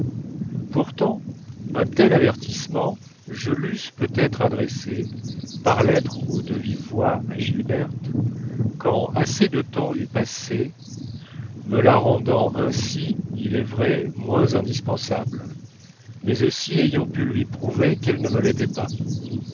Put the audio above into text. pourtant un tel avertissement je l'eusse peut-être adressé par lettre ou de vive voix à gilberte quand assez de temps eût passé me la rendant ainsi il est vrai moins indispensable mais aussi ayant pu lui prouver qu'elle ne me l'était pas